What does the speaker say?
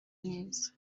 neza